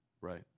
Right